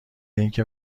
اینکه